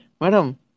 madam